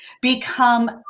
become